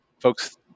folks